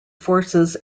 forces